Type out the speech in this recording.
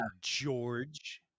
george